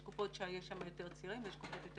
יש קופות שיש שם יותר צעירים ויש קופות שיש יותר